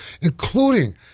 including